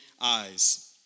eyes